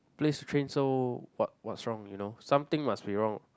place train so what what's wrong you know something must be wrong